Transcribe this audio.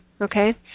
okay